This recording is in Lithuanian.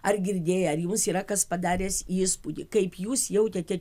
ar girdėję ar jums yra kas padaręs įspūdį kaip jūs jautėte